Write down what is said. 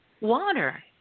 water